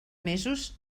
mesos